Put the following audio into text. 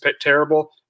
terrible